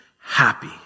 happy